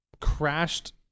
crashed